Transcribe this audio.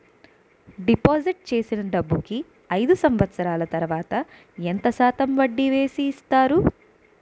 Deposit చేసిన డబ్బుకి అయిదు సంవత్సరాల తర్వాత ఎంత శాతం వడ్డీ వేసి ఇస్తారు?